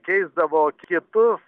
keisdavo kitus